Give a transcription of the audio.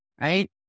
right